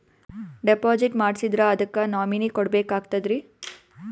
Deposit ಮಾಡ್ಸಿದ್ರ ಅದಕ್ಕ nominee ಕೊಡಬೇಕಾಗ್ತದ್ರಿ?